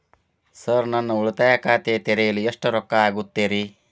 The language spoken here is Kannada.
ಸರ್ ಉಳಿತಾಯ ಖಾತೆ ತೆರೆಯಲು ಎಷ್ಟು ರೊಕ್ಕಾ ಆಗುತ್ತೇರಿ?